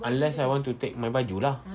unless I want to take my baju lah